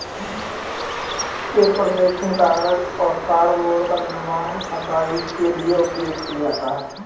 papermaking कागज और cardboard का निर्माण है छपाई के लिए उपयोग किया जाता है